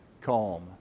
calm